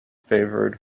favoured